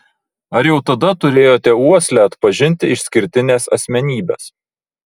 ar jau tada turėjote uoslę atpažinti išskirtines asmenybes